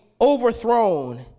overthrown